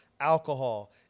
alcohol